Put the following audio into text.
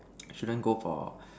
shouldn't go for